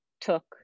took